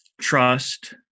trust